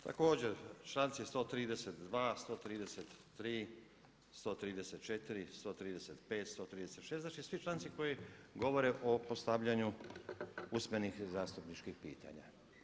Također članci 132., 133., 134., 135., 136. znači svi članci koji govore o postavljanju usmenih zastupničkih pitanja.